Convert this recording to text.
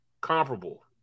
Comparable